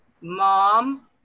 Mom